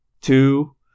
two